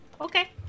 Okay